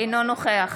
אינו נוכח